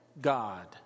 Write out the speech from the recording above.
God